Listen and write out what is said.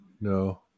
No